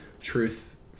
Truth